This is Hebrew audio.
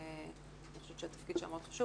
אני חושבת שהתפקיד שלה מאוד חשוב,